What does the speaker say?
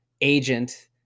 agent